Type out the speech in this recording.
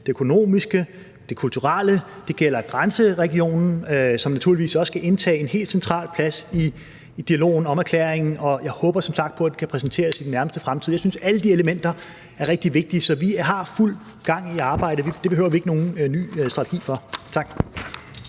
det økonomiske og det kulturelle, og det gælder grænseregionen, som naturligvis også skal indtage en helt central plads i dialogen om erklæringen, og jeg håber som sagt på, den kan præsenteres i den nærmeste fremtid. Jeg synes, at alle de elementer er rigtig vigtige. Så vi har fuld gang i arbejdet; det behøver vi ikke nogen ny strategi for. Tak.